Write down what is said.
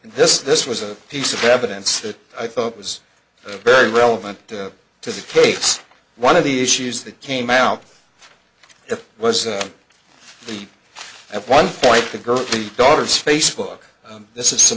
this this was a piece of evidence that i thought was very relevant to the case one of the issues that came out it was the at one point the girl the daughter's face book and this is